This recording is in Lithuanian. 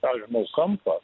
ką aš žinau kampą